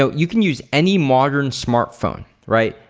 so you can use any modern smartphone, right?